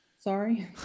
sorry